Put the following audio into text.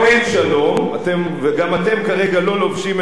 וגם אתם כרגע לא לובשים את השטריימל,